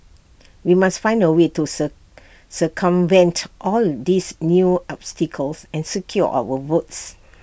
we must find A way to sir circumvent all these new obstacles and secure our votes